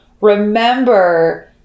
remember